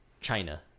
China